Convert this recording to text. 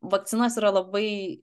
vakcinos yra labai